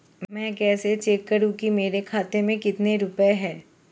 मैं कैसे चेक करूं कि मेरे खाते में कितने रुपए हैं?